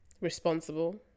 responsible